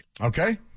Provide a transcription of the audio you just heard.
Okay